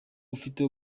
ufite